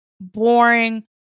boring